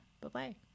Bye-bye